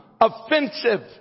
offensive